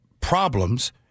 problems